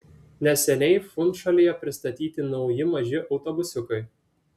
neseniai funšalyje pristatyti nauji maži autobusiukai